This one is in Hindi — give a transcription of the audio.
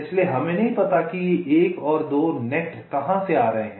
इसलिए हमें नहीं पता कि ये 1 और 2 नेट कहां से आ रहे हैं